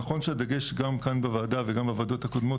נכון שהדגש גם כאן בוועדה וגם בוועדות הקודמות